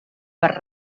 per